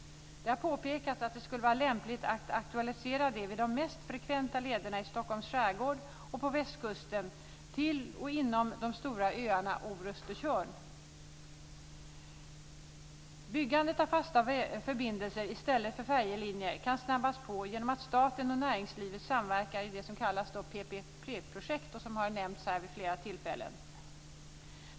Det har påpekats att det skulle vara lämpligt att aktualisera det vid de mest frekventa lederna i Stockholms skärgård och på västkusten till och inom de stora öarna Orust och Tjörn. Byggandet av fasta förbindelser i stället för färjelinjer kan snabbas på genom att staten och näringslivet samverkar i det som kallas PPP-projekt, som har nämnts här vid flera tillfällen.